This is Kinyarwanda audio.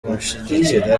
kunshyigikira